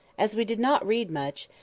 as we did not read much,